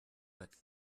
but